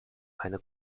eine